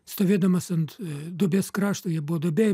stovėdamas ant duobės krašto jie buvo duobėj